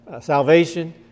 salvation